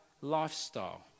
lifestyle